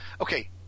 Okay